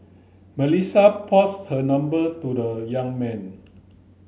Melissa passed her number to the young man